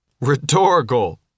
Rhetorical